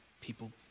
people